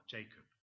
Jacob